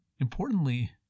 Importantly